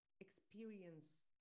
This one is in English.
experience